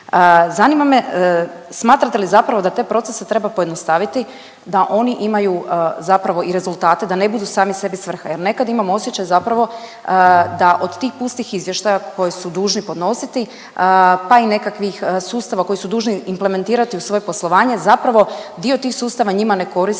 zanima me smatrate li zapravo da te procese treba pojednostaviti da oni imaju zapravo i rezultate, da ne budu sami sebi svrha jer nekad imam osjećaj zapravo da od tih pustih izvještaja koje su dužni podnositi, pa i nekakvih sustava koji su dužni implementirati u svoje poslovanje zapravo dio tih sustava njima ne koristi